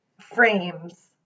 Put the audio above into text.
frames